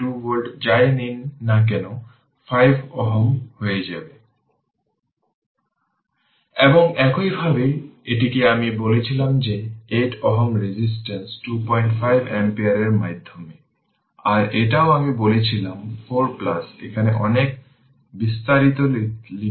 সুতরাং এটি t t τ তাই e এর পাওয়ার 05 t এবং ωτ C0 যা প্রাথমিকভাবে ক্যাপাসিটরের half C V0 square stored initial energy